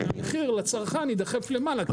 שהמחיר לצרכן יידחף למעלה.